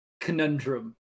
conundrum